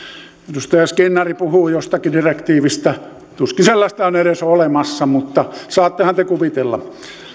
edustaja skinnari puhuu jostakin direktiivistä tuskin sellaista on edes olemassa mutta saattehan te kuvitella